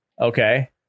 Okay